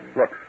Look